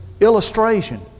illustration